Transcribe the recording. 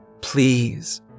Please